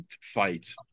fight